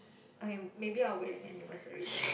I'm maybe our wedding anniversary